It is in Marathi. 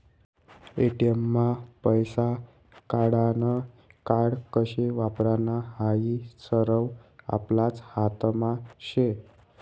ए.टी.एम मा पैसा काढानं कार्ड कशे वापरानं हायी सरवं आपलाच हातमा शे